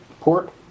port